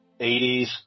80s